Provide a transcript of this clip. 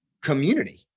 community